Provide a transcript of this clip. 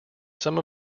some